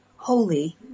Holy